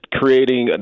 creating